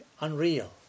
unreal